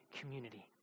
community